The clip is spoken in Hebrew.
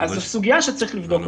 אז זו סוגיה שצריך לבדוק אותה.